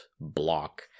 block